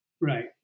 Right